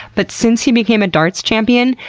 but since he became a darts champion,